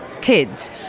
kids